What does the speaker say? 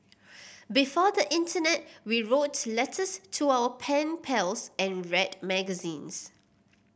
before the internet we wrote letters to our pen pals and read magazines